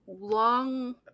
long